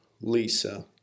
Lisa